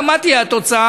מה תהיה התוצאה?